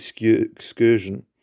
excursion